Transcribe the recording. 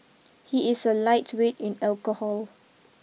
he is a lightweight in alcohol